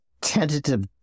tentative